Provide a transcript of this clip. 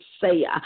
say